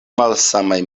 malsamaj